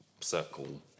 circle